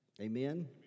Amen